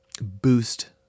boost